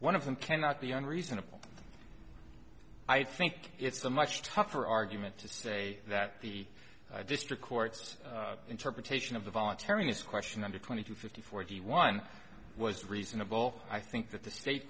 them cannot be unreasonable i think it's a much tougher argument to say that the district court's interpretation of the voluntariness question under twenty two fifty forty one was reasonable i think that the state